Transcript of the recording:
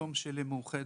ופתאום שלמאוחדת,